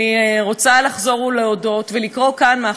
נא לסיים.